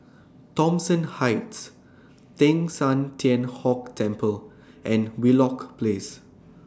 Thomson Heights Teng San Tian Hock Temple and Wheelock Place